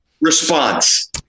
response